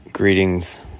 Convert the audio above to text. Greetings